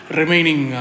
remaining